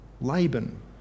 Laban